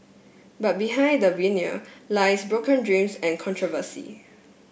but behind the veneer lies broken dreams and controversy